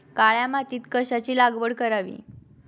काळ्या मातीत कशाची लागवड करावी?